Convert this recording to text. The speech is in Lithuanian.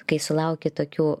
kai sulauki tokių